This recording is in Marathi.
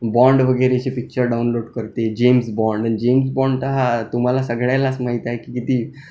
बाँड वगैरेचे पिक्चर डाऊनलोड करते जेम्स बाँड जेम्स बाँड हा तुम्हाला सगळ्यांलाच माहीत आहे की किती